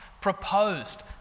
proposed